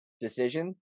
decision